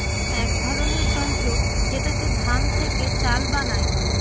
এক ধরনের যন্ত্র যেটাতে ধান থেকে চাল বানায়